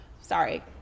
Sorry